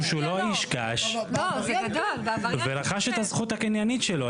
שהוא לא איש קש ורכש את הזכות הקניינית שלו.